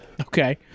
Okay